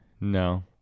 No